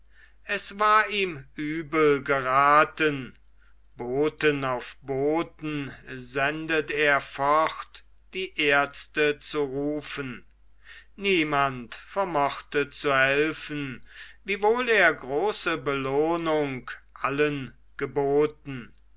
es war ihm übel geraten boten auf boten sendet er fort die ärzte zu rufen niemand vermochte zu helfen wiewohl er große belohnung allen geboten